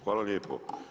Hvala lijepo.